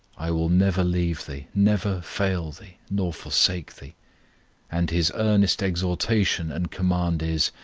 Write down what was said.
i will never leave thee, never fail thee, nor forsake thee and his earnest exhortation and command is,